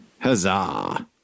huzzah